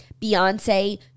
Beyonce